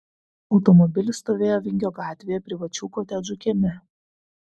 automobilis stovėjo vingio gatvėje privačių kotedžų kieme